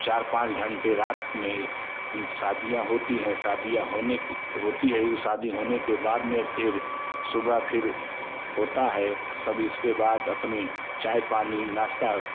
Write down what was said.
चार पाँच घंटे रात में शादियाँ होती हैं शादियाँ होने के होती हैं उ शादी होने के बाद में फिर सुबह फिर होता है सब इसके बाद अपनी चाय पानी नाश्ता